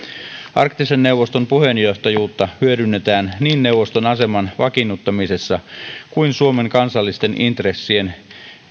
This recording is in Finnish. arktisen neuvoston puheenjohtajuutta hyödynnetään niin neuvoston aseman vakiinnuttamisessa kuin suomen kansallisten intressien